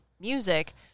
music